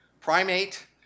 primate